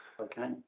Okay